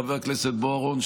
חבר הכנסת בוארון,